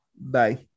bye